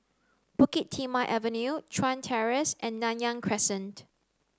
Bukit Timah Avenue Chuan Terrace and Nanyang Crescent